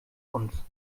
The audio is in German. uns